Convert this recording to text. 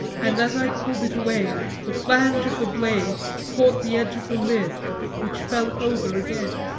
and as i pulled it away the flange of the blade caught the edge of the lid which fell over again,